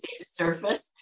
surface